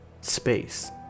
space